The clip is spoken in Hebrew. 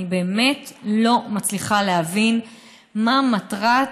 אני באמת לא מצליחה להבין מה מטרת,